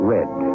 Red